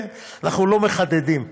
אנחנו לא מחדדים,